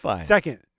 Second